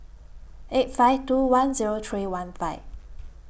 eight five two one Zero three one five